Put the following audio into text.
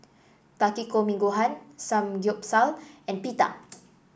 Takikomi Gohan Samgyeopsal and Pita